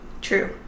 True